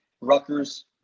Rutgers